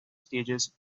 stages